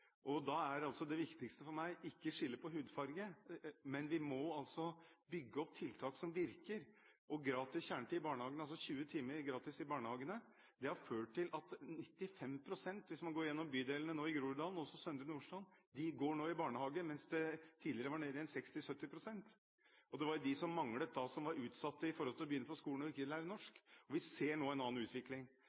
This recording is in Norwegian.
og da er det viktigste for meg ikke å skille på hudfarge. Men vi må bygge opp tiltak som virker, og 20 timer gratis kjernetid i barnehagene har ført til at 95 pst. – hvis man ser på bydelene i Groruddalen og Søndre Nordstrand – nå går i barnehage, mens det tidligere var nede i 60–70 pst. De som manglet, var dem som var utsatt når det gjaldt å starte på skolen og ikke kunne norsk. Vi ser nå en annen utvikling,